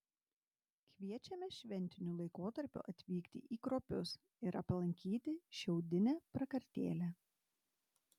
kviečiame šventiniu laikotarpiu atvykti į kruopius ir aplankyti šiaudinę prakartėlę